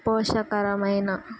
పోషకరమైన